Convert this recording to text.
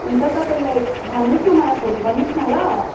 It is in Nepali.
हुन्छ तपाईँलाई भन्नुस्होस् न मलाई फोन गर्न्नुहोस् न ल